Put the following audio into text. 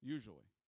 Usually